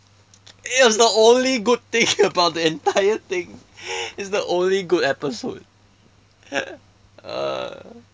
it was the only good thing about the entire thing it's the only good episode ah